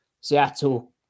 Seattle